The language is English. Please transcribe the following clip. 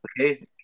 Okay